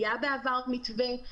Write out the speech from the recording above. היה בעבר מתווה,